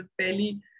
fairly